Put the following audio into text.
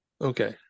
Okay